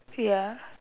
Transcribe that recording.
ya